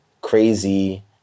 crazy